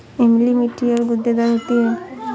इमली मीठी और गूदेदार होती है